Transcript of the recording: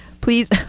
please